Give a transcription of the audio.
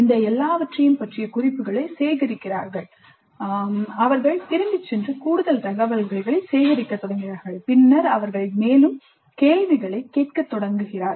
இந்த எல்லாவற்றையும் பற்றிய குறிப்புகளை சேகரிக்கிறார்கள் அவர்கள் திரும்பிச் சென்று கூடுதல் தகவல்களைச் சேகரிக்கத் தொடங்குகிறார்கள் பின்னர் அவர்கள் மேலும் கேள்விகளைக் கேட்கத் தொடங்குவார்கள்